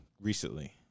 recently